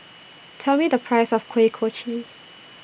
Tell Me The Price of Kuih Kochi